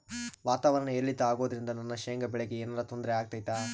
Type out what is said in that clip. ವಾತಾವರಣ ಏರಿಳಿತ ಅಗೋದ್ರಿಂದ ನನ್ನ ಶೇಂಗಾ ಬೆಳೆಗೆ ಏನರ ತೊಂದ್ರೆ ಆಗ್ತೈತಾ?